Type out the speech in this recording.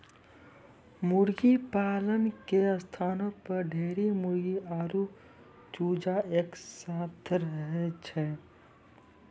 मुर्गीपालन के स्थानो पर ढेरी मुर्गी आरु चूजा एक साथै रहै छै